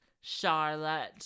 Charlotte